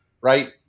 right